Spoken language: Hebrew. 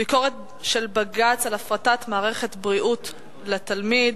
ביקורת של בג"ץ על הפרטת מערכת בריאות התלמיד,